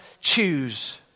choose